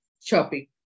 shopping